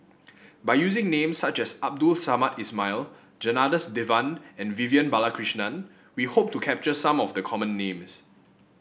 by using names such as Abdul Samad Ismail Janadas Devan and Vivian Balakrishnan we hope to capture some of the common names